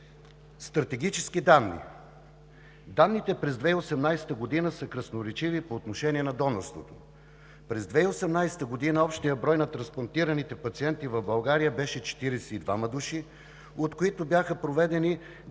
Стратегически данни. Данните през 2018 г. са красноречиви по отношение на донорството. През 2018 г. общият брой на трансплантираните пациенти в България беше 42 души, от които бяха проведени: